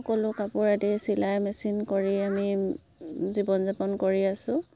সকলো কাপোৰ আদি চিলাই মেচিন কৰি আমি জীৱন যাপন কৰি আছো